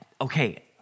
okay